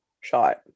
shot